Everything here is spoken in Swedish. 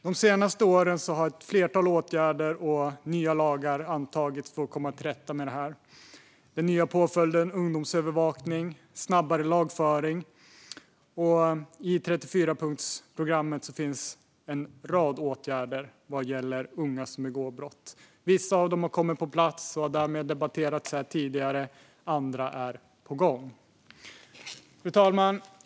De senaste åren har ett flertal åtgärder och nya lagar antagits för att komma till rätta med det - den nya påföljden ungdomsövervakning och snabbare lagföring - och i 34-punktsprogrammet finns en rad åtgärder vad gäller unga som begår brott. Vissa har kommit på plats och har därmed debatterats här tidigare, och andra är på gång. Fru talman!